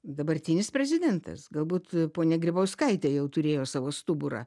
dabartinis prezidentas galbūt ponia grybauskaitė jau turėjo savo stuburą